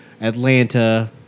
Atlanta